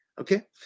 Okay